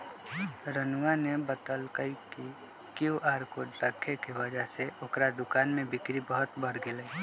रानूआ ने बतल कई कि क्यू आर कोड रखे के वजह से ओकरा दुकान में बिक्री बहुत बढ़ लय है